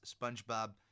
Spongebob